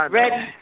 ready